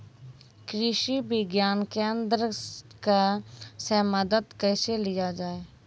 कृषि विज्ञान केन्द्रऽक से मदद कैसे लिया जाय?